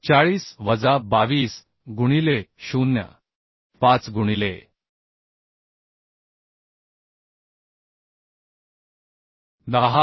40 वजा 22 गुणिले 0